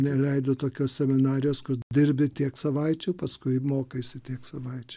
neleido tokios seminarijos kur dirbi tiek savaičių paskui mokaisi tiek savaičių